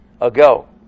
ago